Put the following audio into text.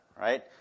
Right